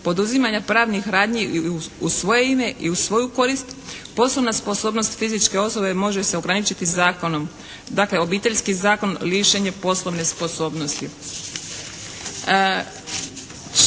poduzimanja pravnih radnji u svoje ime i u svoju korist. Poslovna sposobnost fizičke osobe može se ograničiti zakonom, dakle Obiteljski zakon lišen je poslovne sposobnosti